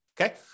okay